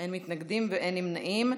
אין מתנגדים, אין נמנעים.